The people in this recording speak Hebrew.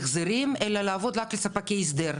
להחזרים אלא לעבוד רק לספקי הסדר.